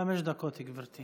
חמש דקות, גברתי.